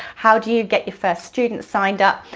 how do you get your first students signed up,